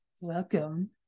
Welcome